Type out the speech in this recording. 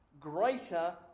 greater